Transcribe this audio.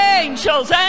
angels